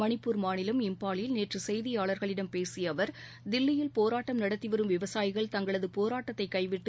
மணிப்பூர் மாநிலம் இம்பாலில் நேற்று செய்தியாளர்களிடம் பேசிய அவர் தில்லியில் போராட்டம் நடத்தி வரும் விவசாயிகள் தங்களது போராட்டத்தை கைவிட்டு